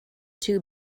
two